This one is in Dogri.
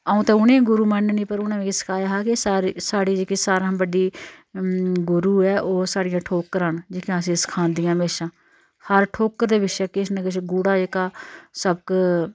आ'ऊं तां उनें गुरु मन्ननी पर उ'नें मिकी सखाया हा के सारे साढ़े जेह्के सारां हा बड्डी गुरु ऐ ओह् ऐ साढ़ी जेह्ड़ियां ठोक्करां न जेह्कियां असें सखांदियां हमेशां हर ठोक्कर दे पिच्छै किश ना किश गूह्ड़ा जेह्का सबक